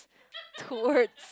toward